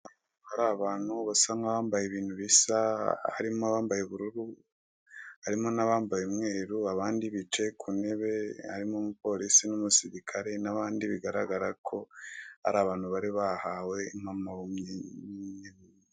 Hari abantu basa nk'abambaye ibintu bisa harimo abambaye ubururu, harimo n'abambaye umweru, abandi bicaye ku ntebe harimo umupolisi n'umusirikare, abandi bigaragara ko ari abantu bari bahawe impamyabumenyi.